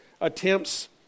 attempts